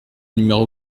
numéro